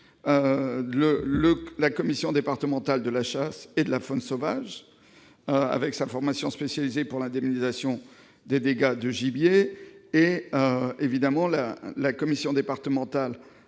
la commission départementale de la chasse et de la faune sauvage, avec sa formation spécialisée dans l'indemnisation des dégâts de gibier, et la commission départementale